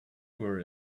were